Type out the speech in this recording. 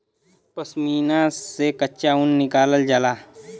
पश्मीना से कच्चा ऊन निकालल जाला